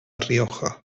rioja